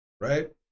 right